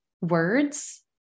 words